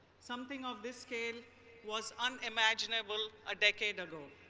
something of this scale was unimaginable a decade ago.